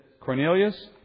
Cornelius